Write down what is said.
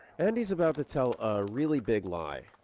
andy's about to tell a really big lie,